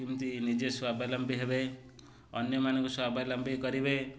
କେମିତି ନିଜେ ସ୍ୱାବଲମ୍ବୀ ହେବେ ଅନ୍ୟମାନଙ୍କୁ ସ୍ୱାବଲମ୍ବୀ କରିବେ